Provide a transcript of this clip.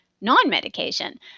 non-medication